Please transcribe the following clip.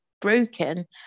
broken